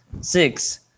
Six